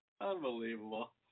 Unbelievable